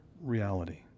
reality